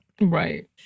Right